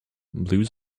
blues